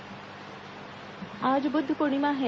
बुद्ध पूर्णिमा आज बुद्ध पूर्णिमा है